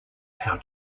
how